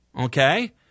okay